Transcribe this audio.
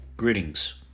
Greetings